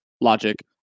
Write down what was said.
logic